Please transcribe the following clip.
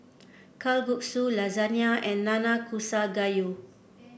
Kalguksu Lasagna and Nanakusa Gayu